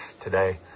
today